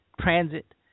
transit